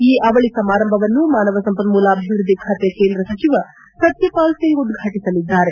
ಈ ಅವಳಿ ಸಮಾರಂಭವನ್ನು ಮಾನವ ಸಂಪನ್ಮೂಲ ಅಭಿವೃದ್ದಿ ಖಾತೆ ಕೇಂದ್ರ ಸಚಿವ ಸತ್ಯಪಾಲ್ ಸಿಂಗ್ ಉದ್ಘಾಟಿಸಲಿದ್ದಾರೆ